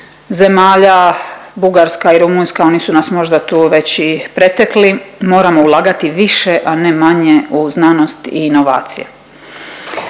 zemalja Bugarska i Rumunjska. Oni su nas možda tu već i pretekli. Moramo ulagati više, a ne manje u znanost i inovacije.